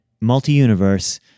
multi-universe